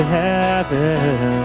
heaven